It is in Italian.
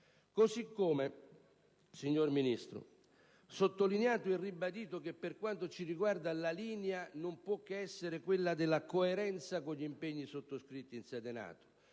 Così come, signor Ministro, sottolineato e ribadito che per quanto ci riguarda la linea non può che essere quella della coerenza con gli impegni sottoscritti in sede NATO,